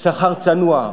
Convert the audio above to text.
איזה שכר צנוע?